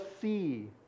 see